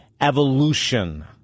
Evolution